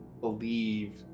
believe